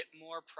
more